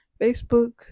Facebook